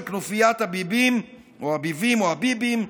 כנופיית הבִּיבִּים או הבִּיבִים או הבִּיבִּים,